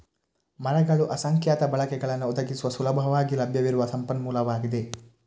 ಮರಗಳು ಅಸಂಖ್ಯಾತ ಬಳಕೆಗಳನ್ನು ಒದಗಿಸುವ ಸುಲಭವಾಗಿ ಲಭ್ಯವಿರುವ ಸಂಪನ್ಮೂಲವಾಗಿದೆ